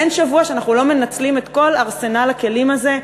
אין שבוע שאנחנו לא מנצלים את כל ארסנל הכלים הזה,